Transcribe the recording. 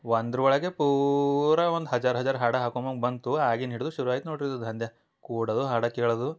ಒಂದ್ರ ಒಳಗೆ ಪೂರಾ ಒಂದು ಹಜಾರ್ ಹಜಾರ್ ಹಾಡು ಹಾಕೋ ಹಂಗ ಬಂತು ಆಗಿನ ಹಿಡಿದು ಶುರು ಆಯ್ತ ನೋಡ್ರಿ ಇದು ದಂಧೆ ಕೂಡದು ಹಾಡು ಕೇಳದು